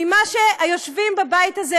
ממה שהיושבים בבית הזה,